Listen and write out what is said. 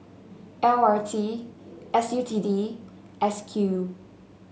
L R T S U T D S Q